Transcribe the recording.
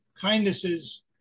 kindnesses